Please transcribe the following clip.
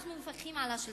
אנחנו מפקחים על השלטון.